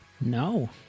No